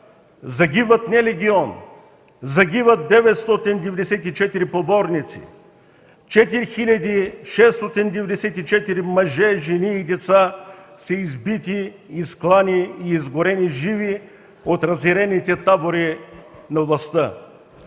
Загиват не легион, загиват 994 поборници, 4694 мъже, жени и деца са избити, изклани и изгорени живи от разярените табори на властта;